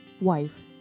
Wife